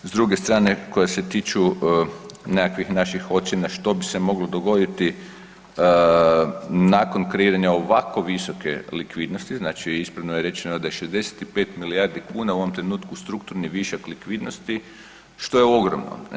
S druge strane koja se tiču nekakvih naših ocjena što bi se moglo dogoditi nakon kreiranja ovako visoke likvidnosti, znači ispravno je rečeno da je 65 milijardi kuna u ovom trenutku strukturni višak likvidnosti, što je ogromno, ne.